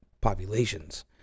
populations